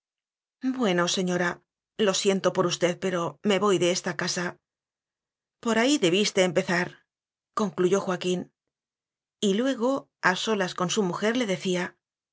bueno señora lo siento por usted pero me voy de esta casa por ahí debiste empezarconcluyó joa quín y luego a solas con su mujer le decía